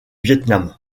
vietnam